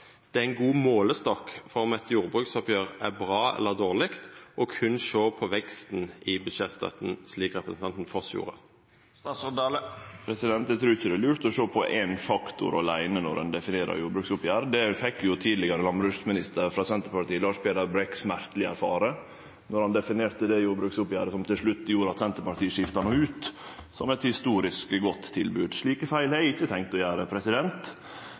det er ein god målestokk for om eit jordbruksoppgjer er bra eller dårleg, berre å sjå på veksten i budsjettstøtta, slik representanten Foss gjorde? Eg trur ikkje det er lurt å sjå på éin faktor åleine når ein definerer jordbruksoppgjer. Det fekk tidlegare landbruksminister frå Senterpartiet Lars Peder Brekk smerteleg erfare då han definerte det jordbruksoppgjeret som til slutt gjorde at Senterpartiet skifta han ut, som eit historisk godt tilbod. Slike feil har eg ikkje tenkt å gjere. Men det